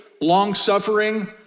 long-suffering